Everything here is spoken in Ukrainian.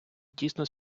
тісно